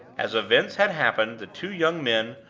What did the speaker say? as events had happened, the two young men,